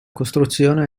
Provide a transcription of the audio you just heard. costruzione